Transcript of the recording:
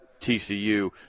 TCU